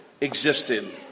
existed